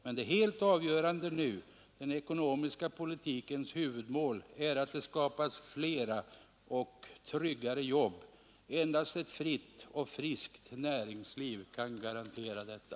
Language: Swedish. Men det helt avgörande, den ekonomiska politikens huvudmål, är att det skapas fler och tryggare jobb. Endast ett fritt och friskt näringsliv kan garantera detta.